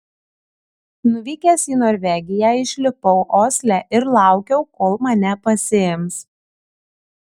nuvykęs į norvegiją išlipau osle ir laukiau kol mane pasiims